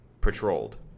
patrolled